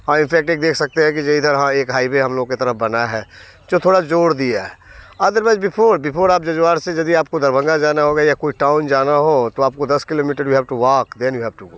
हाँ इफेक्ट एक देख सकते हैं कि जो इधर हाँ एक हाईवे हम लोग के तरफ़ बना है जो थोड़ा ज़ोर दिया है अदरवाइज़ बिफोर बिफोर आप जजवार से यदि आपको दरभंगा जाना होगा या कोई टाउन जाना हो तो आपको दस kilometre you have to walk then you have to go